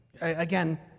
again